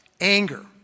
anger